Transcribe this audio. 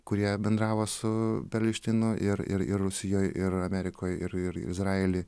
kurie bendravo su perelšteinu ir ir ir rusijoj ir amerikoj ir ir izraely